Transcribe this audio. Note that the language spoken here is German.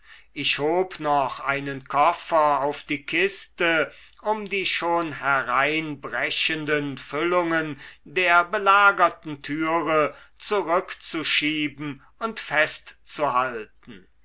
ich hob noch einen koffer auf die kiste um die schon hereinbrechenden füllungen der belagerten türe zurückzuschieben und festzuhalten